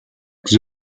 the